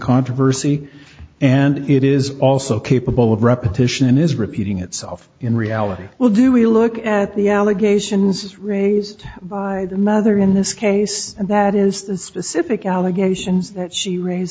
controversy and it is also capable of repetition is repeating itself in reality well do we look at the allegations raised by the mother in this case and that is the specific allegations that she raise